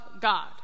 God